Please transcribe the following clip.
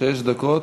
שש דקות,